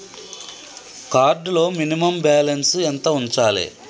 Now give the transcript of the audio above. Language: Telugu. కార్డ్ లో మినిమమ్ బ్యాలెన్స్ ఎంత ఉంచాలే?